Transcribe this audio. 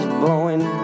blowing